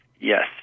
Yes